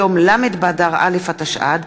מיום ל' באדר א' התשע"ד,